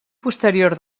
posterior